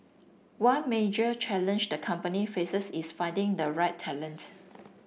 one major challenge the company faces is finding the right talent